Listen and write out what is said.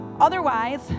otherwise